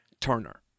Turner